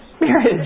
Marriage